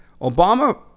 Obama